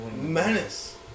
Menace